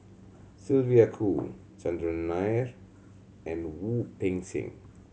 Sylvia Kho Chandran Nair and Wu Peng Seng